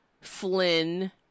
Flynn